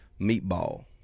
meatball